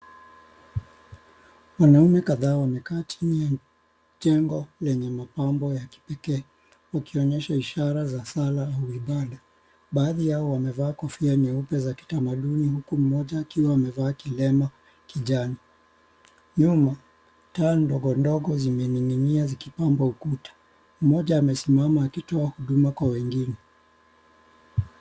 Wanaume kadhaa wamekaa chini ya jengo lenye mapambo ya kipekee, ikionyesha ishara ya sala ya ibada. Baadhi yao wamevaa kofia nyeupe za kitamaduni huku mmoja akiwa amevaa kilemba kijani. Nyuma, taa ndogo ndogo zimening'inia zikipamba ukuta. Mmoja amesimama akitoa huduma kwa wengine.